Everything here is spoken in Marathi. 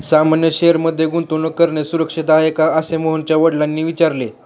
सामान्य शेअर मध्ये गुंतवणूक करणे सुरक्षित आहे का, असे मोहनच्या वडिलांनी विचारले